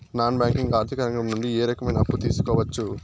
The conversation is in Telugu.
నాన్ బ్యాంకింగ్ ఆర్థిక రంగం నుండి ఏ రకమైన అప్పు తీసుకోవచ్చు?